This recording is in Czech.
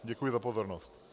Děkuji za pozornost.